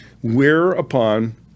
Whereupon